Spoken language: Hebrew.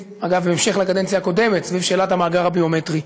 בהמשך לקדנציה הקודמת, סביב שאלת המאגר הביומטרי.